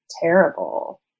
terrible